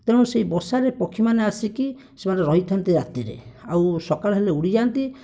ତେଣୁ ସେହି ବସାରେ ପକ୍ଷୀମାନେ ଆସିକି ସେମାନେ ରହିଥାନ୍ତି ରାତିରେ ଆଉ ସକାଳ ହେଲେ ଉଡ଼ିଯାଆନ୍ତି